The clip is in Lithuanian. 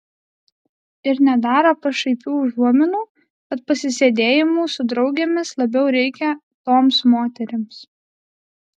ir nedaro pašaipių užuominų kad pasisėdėjimų su draugėmis labiau reikia toms moterims